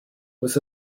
was